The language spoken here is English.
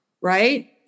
right